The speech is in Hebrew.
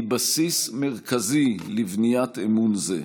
היא בסיס מרכזי לבניית אמון זה.